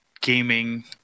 gaming